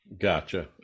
Gotcha